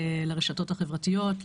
לרשתות החברתיות,